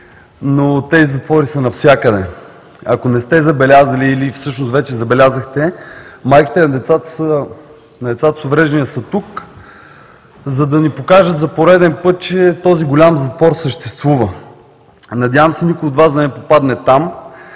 но тези затвори са навсякъде. Ако не сте забелязали или всъщност вече забелязахте – майките на децата с увреждания са тук, за да ни покажат за пореден път, че този голям затвор съществува. Надявам се никой от Вас да не попадне там,